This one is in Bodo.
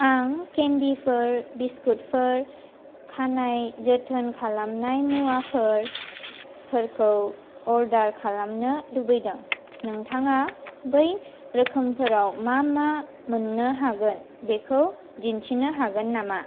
आं केन्डिफोर बिस्कुतफोर खानाय जोथोन खालामनाय मुवाफोरखौ अर्डार खालामनो लुबैदों नोंथाङा बै रोखोमफोराव मा मा मोननो हागोन बेखौ दिन्थिनो हागोन नमा